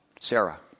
Sarah